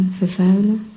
vervuilen